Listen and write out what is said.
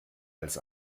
als